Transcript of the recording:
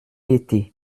été